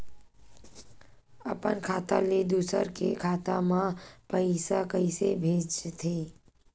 अपन खाता ले दुसर के खाता मा पईसा कइसे भेजथे?